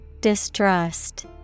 Distrust